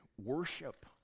worship